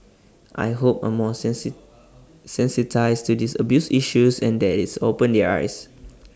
I hope are more sensitised to these abuse issues and that it's opened their eyes